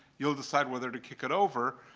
you'll decide whether to kick it over.